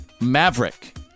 Maverick